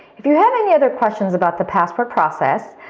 if you have any other questions about the passport process,